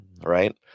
right